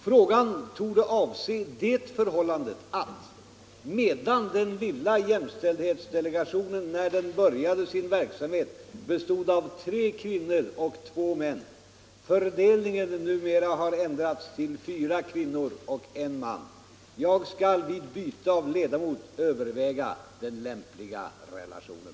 Frågan torde avse det förhållandet att, medan den lilla jämställdhetsdelegationen när den började sin verksamhet bestod av tre kvinnor och två män, fördelningen numera har ändrats till fyra kvinnor och en man. Jag skall vid byte av ledamot överväga den lämpliga relationen.